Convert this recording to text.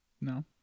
no